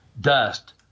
Dust